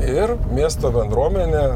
ir miesto bendruomenė